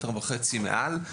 מטר וחצי מעל,